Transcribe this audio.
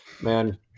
man